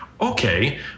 Okay